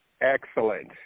Excellent